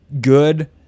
good